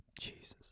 Jesus